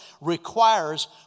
requires